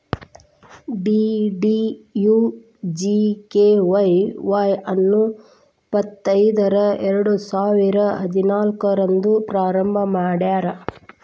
DDUGKY Y ಅನ್ನು ಇಪ್ಪತೈದರ ಎರಡುಸಾವಿರ ಹದಿನಾಲ್ಕು ರಂದ್ ಪ್ರಾರಂಭ ಮಾಡ್ಯಾರ್